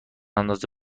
اندازه